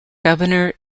governor